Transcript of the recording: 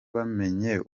bamenye